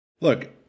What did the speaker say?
Look